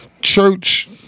Church